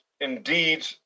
indeed